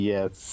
Yes